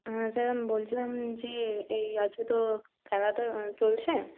হ্যাঁ স্যার আমি বলছিলাম যে এই আজকে তো খেলাটা চলছে